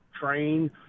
train